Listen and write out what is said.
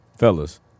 Fellas